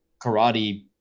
karate